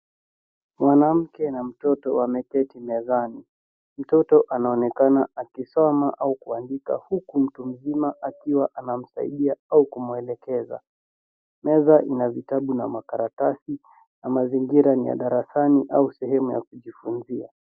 Mwanamke na mtoto wameketi mezani. Mtoto anaonekana akisoma au kuandika huku mtu mzima akiwa anamsaidia au kumwelekeza. Meza ina vitabu na makaratasi na mazingira ni ya darasani au sehemu ya kujifunzia.